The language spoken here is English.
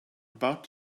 about